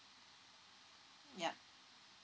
yup